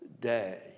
day